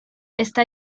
está